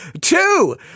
Two